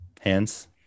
Hands